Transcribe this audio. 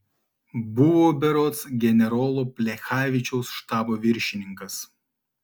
buvo berods generolo plechavičiaus štabo viršininkas